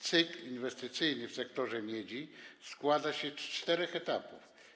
Cykl inwestycyjny w sektorze miedzi składa się z czterech etapów.